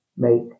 make